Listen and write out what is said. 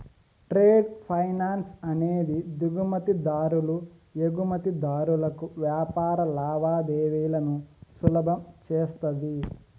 trade finance అనేది దిగుమతి దారులు ఎగుమతిదారులకు వ్యాపార లావాదేవీలను సులభం చేస్తది